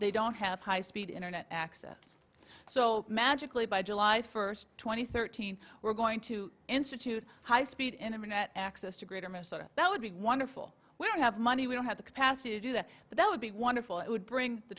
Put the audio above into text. they don't have high speed internet access so magically by july first two thousand and thirteen we're going to institute high speed internet access to greater minnesota that would be wonderful where you have money we don't have the capacity to do that but that would be wonderful it would bring the